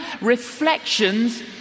reflections